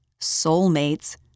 soulmates